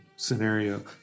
Scenario